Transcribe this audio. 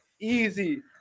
Easy